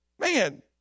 Man